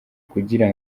kugira